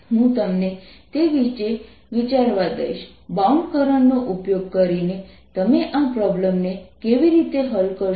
હું તમને તે વિશે વિચાર કરવા દઈશ બાઉન્ડ કરંટ નો ઉપયોગ કરીને તમે આ પ્રોબ્લેમને કેવી રીતે હલ કરશો